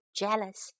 jealous